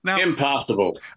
Impossible